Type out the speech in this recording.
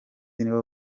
nibo